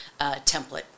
template